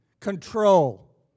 Control